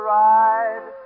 ride